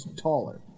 taller